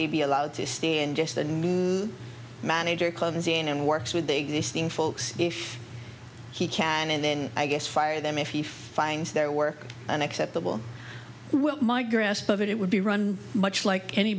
they be allowed to stand just the nude manager clumsy and works with the existing folks if he can and then i guess fire them if he finds their work an acceptable my grasp of it would be run much like any